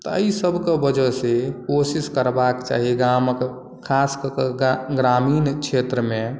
तऽ एहिसबके वजह से कोशिश करबाके चाही गामक खास कऽ के ग्रामीण क्षेत्र मे